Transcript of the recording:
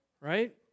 right